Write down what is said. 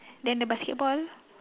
then the basketball